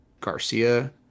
Garcia